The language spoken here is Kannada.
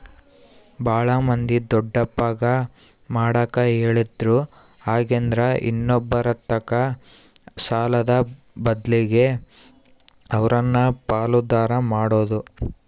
ಬಾಳ ಮಂದಿ ದೊಡ್ಡಪ್ಪಗ ಮಾಡಕ ಹೇಳಿದ್ರು ಹಾಗೆಂದ್ರ ಇನ್ನೊಬ್ಬರತಕ ಸಾಲದ ಬದ್ಲಗೆ ಅವರನ್ನ ಪಾಲುದಾರ ಮಾಡೊದು